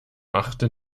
achtet